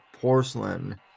Porcelain